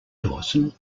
dawson